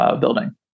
building